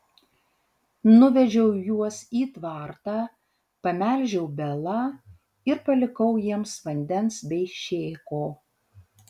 nuvedžiau juos į tvartą pamelžiau belą ir palikau jiems vandens bei šėko